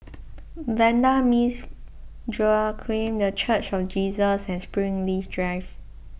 Vanda Miss Joaquim the Church of Jesus and Springleaf Drive